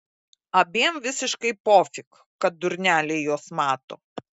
abiem visiškai pofik kad durneliai juos mato